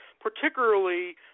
particularly